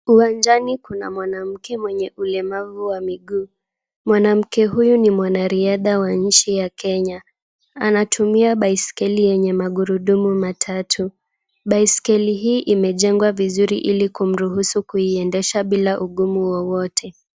Uwanjani kuna mwanamke mwenye ulemavu wa miguu. Mwanamke huyu ni mwanariadha wa nchi ya Kenya. Anatumia baiskeli yenye magurudumu matatu. Baiskeli hii imejengwa vizuri ili kumruhusu kuiendesha bila ugumu wowote.